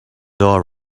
door